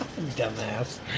Dumbass